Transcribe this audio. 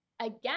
again